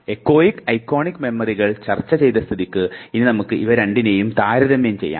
echoic iconic മെമ്മറികൾ ചർച്ച ചെയ്ത സ്ഥിതിക്ക് ഇനി നമുക്ക് ഇവ രണ്ടിനെയും താരതമ്യം ചെയ്യാം